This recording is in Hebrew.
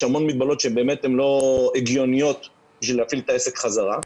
יש המון מגבלות שהן לא הגיוניות בשביל להפעיל את העסק חזרה.